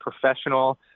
professional